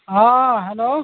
ہاں ہیلو